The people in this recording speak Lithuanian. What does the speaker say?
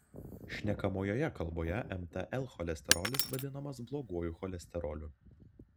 šnekamojoje kalboje mtl cholesterolis vadinamas bloguoju cholesteroliu